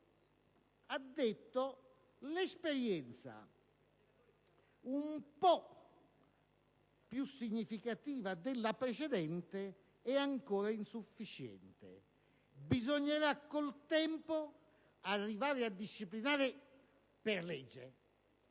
ha detto che l'esperienza, un po' più significativa della precedente, è ancora insufficiente. Bisognerà con il tempo arrivare a disciplinare per legge